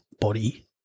body